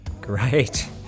Great